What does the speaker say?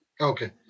Okay